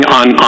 on